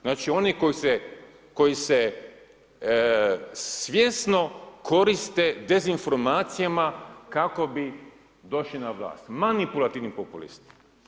Znači oni koji se svjesno koriste dezinformacijama kako bi došli na vlast, manipulativni populisti.